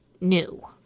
new